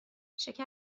شکر